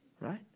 Right